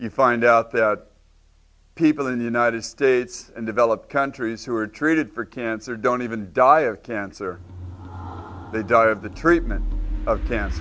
you find out that people in the united states in developed countries who are treated for cancer don't even die of cancer they die of the treatment of